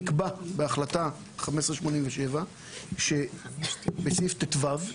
נקבע בהחלטה 1587 בסעיף ט"ו,